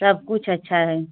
सब कुछ अच्छा है